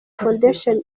foundation